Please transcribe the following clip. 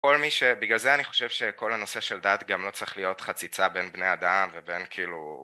כל מי שבגלל זה אני חושב שכל הנושא של דעת גם לא צריך להיות חציצה בין בני אדם ובין כאילו